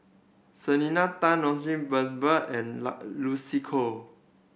Selena Tan Lloyd Valberg and Lucy Koh